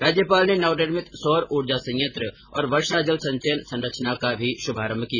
राज्यपाल ने नवनिर्मित सौर ऊर्जा संयंत्र और वर्षा जल संचयन संरचना का भी शुभारम्भ किया